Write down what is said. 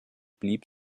blieb